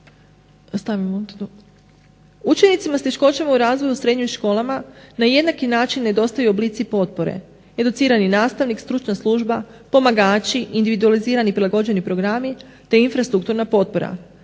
Učenicima s teškoćama u razvoju u srednjim školama na jednaki način nedostaju oblici potpore educirani nastavnik, stručna služba, pomagači, individualizirani prilagođeni programi, te infrastrukturna potpora.